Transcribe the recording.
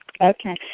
Okay